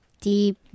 deep